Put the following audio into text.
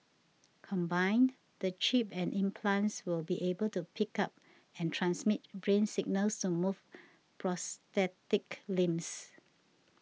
combined the chip and implants will be able to pick up and transmit brain signals to move prosthetic limbs